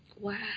Wow